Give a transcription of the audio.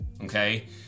okay